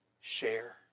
share